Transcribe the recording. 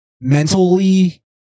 mentally